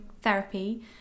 therapy